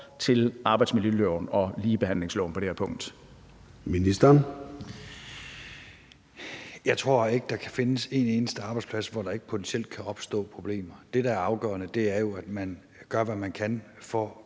Ministeren. Kl. 13:06 Forsvarsministeren (Troels Lund Poulsen): Jeg tror ikke, der kan findes en eneste arbejdsplads, hvor der ikke potentielt kan opstå problemer. Det, der er afgørende, er jo, at man gør, hvad man kan, for